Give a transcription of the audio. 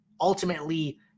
ultimately